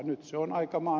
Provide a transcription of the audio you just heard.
nyt se on aika ma